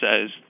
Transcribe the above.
says